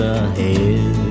ahead